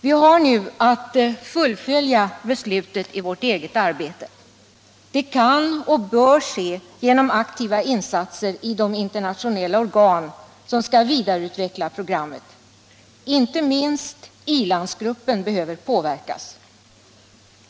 Vi har nu att fullfölja beslutet i vårt eget arbete. Det kan och bör ske genom aktiva insatser i de internationella organ som skall vidareutveckla programmet. Inte minst i-landsgruppen behöver påverkas.